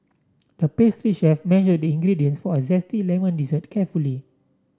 the pastry chef measure the ingredients for a zesty lemon dessert carefully